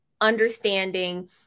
understanding